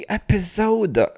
episode